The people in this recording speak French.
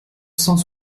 cent